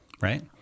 right